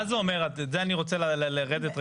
מה זה אומר, אני רוצה להבין.